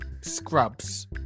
scrubs